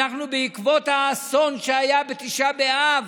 בעקבות האסון שהיה בתשעה באב,